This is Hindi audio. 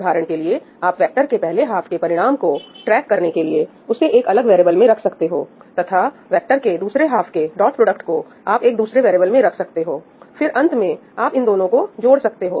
उदाहरण के लिए आप वेक्टर के पहले हाफ के परिणाम को ट्रैक करने के लिए उसे एक अलग वेरीएबल में रख सकते हो तथा वेक्टर के दूसरे हाफ के डॉट प्रोडक्ट को आप एक दूसरे वेरीएबल में रख सकते हो फिर अंत मैं आप इन दोनों को जोड़ सकते हो